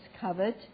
covered